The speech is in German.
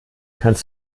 kannst